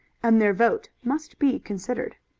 and their vote must be considered.